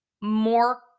more